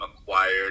acquired